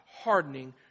hardening